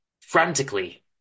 Frantically